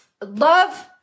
Love